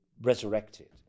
resurrected